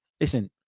listen